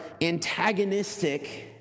antagonistic